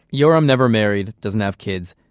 yoram never married, doesn't have kids.